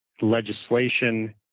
legislation